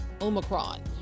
Omicron